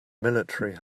military